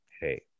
hey